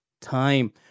time